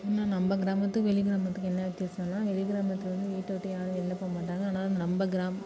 என்ன நம்ம கிராமத்துக்கும் வெளி கிராமத்துக்கும் என்ன வித்தியாசம்னால் வெளி கிராமத்தில் வந்து வீட்டை விட்டு யாரும் வெளில போகமாட்டாங்க ஆனால் நம்ம கிராம